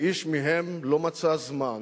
ואיש מהם לא מצא זמן,